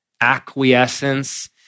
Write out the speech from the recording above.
acquiescence